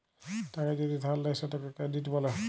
টাকা যদি ধার লেয় সেটকে কেরডিট ব্যলে